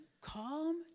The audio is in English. calm